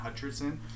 Hutcherson